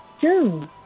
June